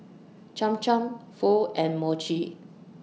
Cham Cham Pho and Mochi